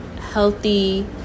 healthy